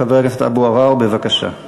חבר הכנסת אבו עראר, בבקשה.